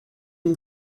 ihm